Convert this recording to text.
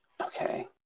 okay